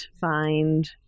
find